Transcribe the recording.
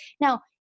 Now